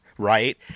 Right